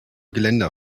geländer